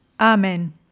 Amen